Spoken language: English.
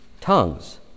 tongues